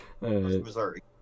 Missouri